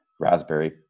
raspberry